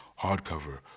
hardcover